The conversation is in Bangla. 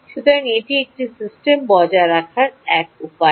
সুতরাং এটি একটি সিস্টেম বজায় রাখার এক উপায়